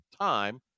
time